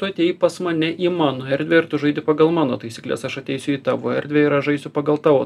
tu atėjai pas mane į mano erdvę ir tu žaidi pagal mano taisykles aš ateisiu į tavo erdvę ir aš žaisiu pagal tavo